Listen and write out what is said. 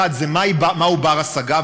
1. מהו בר-השגה,